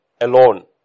alone